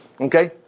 Okay